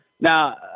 Now